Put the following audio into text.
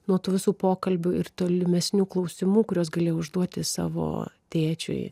nuo tų visų pokalbių ir tolimesnių klausimų kuriuos galėjau užduoti savo tėčiui